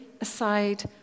aside